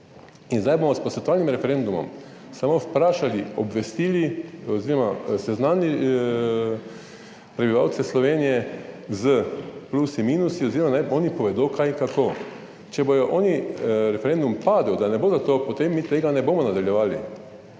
in zdaj bomo s posvetovalnim referendumom samo vprašali, obvestili oziroma seznanili prebivalce Slovenije s plusi, minusi oziroma naj oni povedo, kaj in kako. Če bodo oni, referendum padel, da ne bo za to, potem mi tega ne bomo nadaljevali,